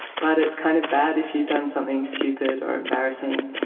but it's kind of bad if you've done something stupid or embarrassing.